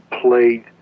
played